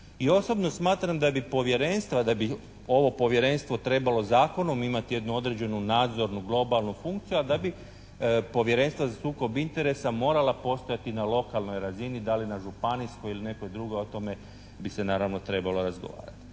I osobno smatram da bi povjerenstva, da bi ovo Povjerenstvo trebalo zakonom imati jednu određenu nadzornu, globalnu funkciju, a da bi Povjerenstva za sukoba interesa morala postojati na lokalnoj razini. Da li na županijskoj ili nekoj drugoj o tome bi se naravno trebalo razgovarati.